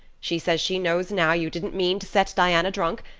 she says she knows now you didn't mean to set diana drunk,